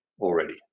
already